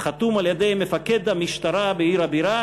חתום על-ידי מפקד המשטרה בעיר הבירה,